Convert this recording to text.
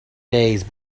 days